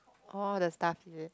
all the stuff is it